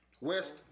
West